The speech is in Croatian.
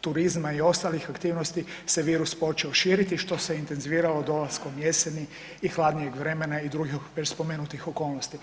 turizma i ostalih aktivnosti se virus počeo širiti što se intenziviralo dolaskom jeseni i hladnijeg vremena i drugih već spomenutih okolnosti.